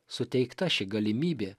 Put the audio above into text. suteikta ši galimybė